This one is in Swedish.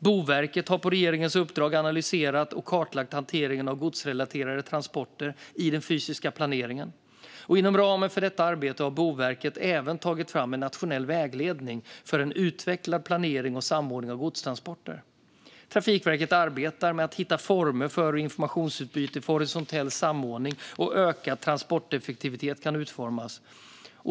Boverket har på regeringens uppdrag analyserat och kartlagt hanteringen av godsrelaterade transporter i den fysiska planeringen. Inom ramen för detta arbete har Boverket även tagit fram en nationell vägledning för en utvecklad planering och samordning av godstransporter. Trafikverket arbetar med att hitta former för hur informationsutbyte för horisontell samordning och ökad transporteffektivitet kan utformas.